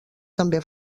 també